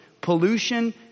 pollution